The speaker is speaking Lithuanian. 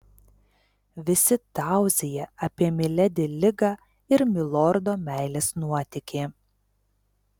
visi tauzija apie miledi ligą ir milordo meilės nuotykį